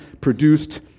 produced